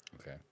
Okay